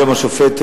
היום השופט,